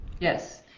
Yes